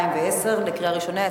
התשע"א 2010, קריאה ראשונה.